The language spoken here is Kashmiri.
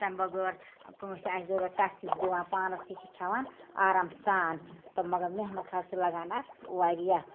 تٔمۍ بغٲر کانٛسہِ آسہِ ضوٚرَتھ تَس تہِ چھِ دِوان پانَس تہِ چھِ کھیٚوان آرام سان تہٕ مگر محنت حظ چھِ لَگان اَتھ واریاہ